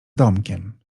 domkiem